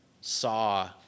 saw